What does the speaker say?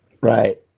Right